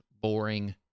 boring